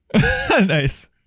Nice